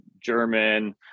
German